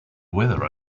weather